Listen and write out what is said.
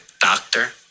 doctor